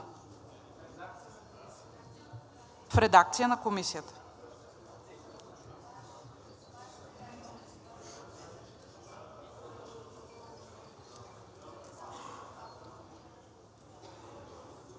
в редакция на Комисията.